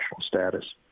status